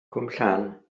cwmllan